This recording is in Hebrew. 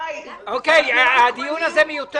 גיא --- אוקיי, הדיון הזה מיותר.